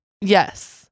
Yes